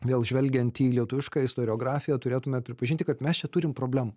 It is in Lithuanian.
vėl žvelgiant į lietuvišką istoriografiją turėtume pripažinti kad mes čia turim problemų